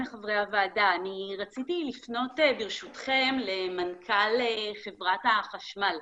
רציתי לפנות ברשותכם למנכ"ל חברת החשמל.